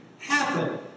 happen